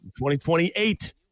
2028